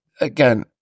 again